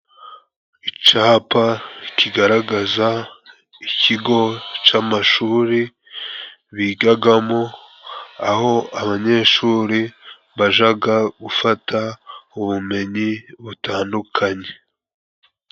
Icapa kigaragaza ikigo cy'amashuri bigagamo, aho abanyeshuri bajaga gufata ubumenyi butandukanye.